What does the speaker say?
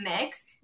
mix